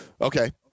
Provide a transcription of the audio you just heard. okay